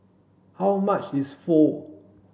how much is Pho